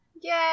Yay